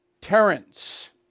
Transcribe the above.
Terrence